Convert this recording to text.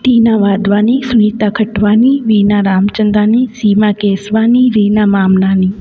Tina Wadhwani Sunita Khatwani Meena Ramchandani Seema Keswani Reena Mamlani